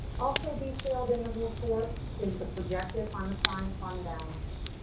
also detailed in the report is the projected unassigned fund balance.